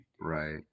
Right